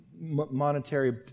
monetary